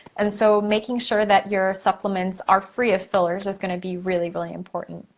and so making sure that your supplements are free of fillers is gonna be really, really, important.